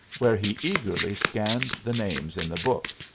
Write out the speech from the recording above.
where he eagerly scanned the names in the book.